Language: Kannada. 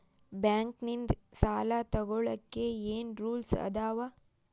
ಬ್ಯಾಂಕ್ ನಿಂದ್ ಸಾಲ ತೊಗೋಳಕ್ಕೆ ಏನ್ ರೂಲ್ಸ್ ಅದಾವ?